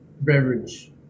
beverage